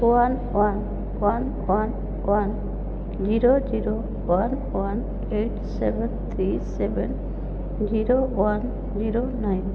one one one one one zero zero one one eight seven three seven zero one zero nine